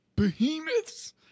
Behemoths